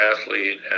athlete